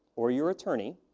or your attorney,